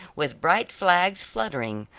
with bright flags fluttering,